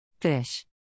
Fish